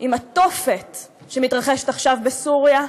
עם התופת שיש עכשיו בסוריה,